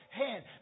hand